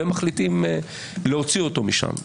והם מחליטים להוציא אותו משם.